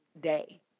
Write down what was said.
day